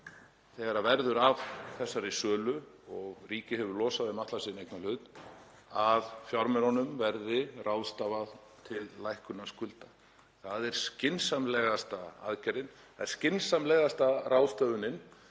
huga, þegar af þessari sölu verður og ríkið hefur losað um allan sinn eignarhlut, að fjármununum verði ráðstafað til lækkunar skulda. Það er skynsamlegasta aðgerðin, það er skynsamlegasta ráðstöfunin